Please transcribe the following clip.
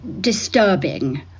disturbing